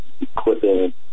equipping